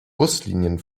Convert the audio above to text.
buslinien